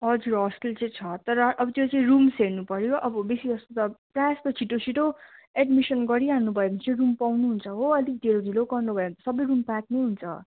हजुर हस्टेल चाहिँ छ तर अब त्यो चाहिँ रूम्स हेर्नु पर्यो अब बेसी जस्तो त प्रायः जस्तो छिटो छिटो एडमिसन गरिहाल्नु भयो भने चाहिँ रूम पाइहाल्नु हुन्छ हो अलिक ढिलो ढिलो गर्नु भयो भने सबै रूम प्याक नै हुन्छ